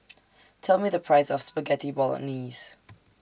Tell Me The Price of Spaghetti Bolognese